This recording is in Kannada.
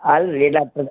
ಅಲ್ಲ ರಿ ಡಾಕ್ಟರ್